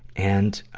and,